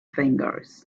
fingers